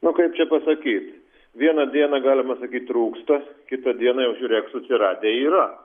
nu kaip čia pasakyt vieną dieną galima sakyt trūksta kitą dieną jau žiūrėk susiradę yra